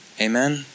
Amen